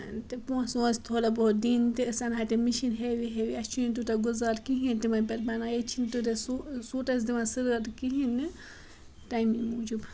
تہٕ پونٛسہٕ وونٛسہٕ تھوڑا بہت دِنۍ تہِ أسۍ اَنہا تِم مِشیٖن ہیٚوی ہیٚوی اَسہِ چھُنہٕ تیوٗتاہ گُزار کِہیٖنۍ تِمَن پٮ۪ٹھ بَنان ییٚتہِ چھِنہٕ تیوٗتاہ سُہ سوٗٹ اَسہِ دِوان سٲرٕے کِہیٖنۍ نہٕ تَمی موٗجوٗب